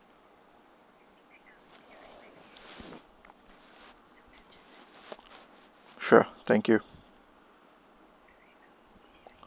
sure thank you